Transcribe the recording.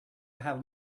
have